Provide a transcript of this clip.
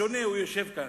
בשונה, הוא יושב כאן.